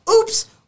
oops